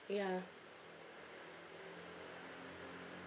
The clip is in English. yeah